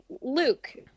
Luke